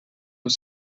els